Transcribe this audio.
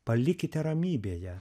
palikite ramybėje